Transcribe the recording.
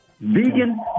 Vegan